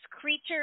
creatures